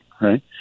right